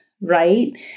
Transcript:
right